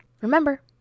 Remember